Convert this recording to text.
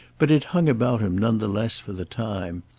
but it hung about him none the less for the time.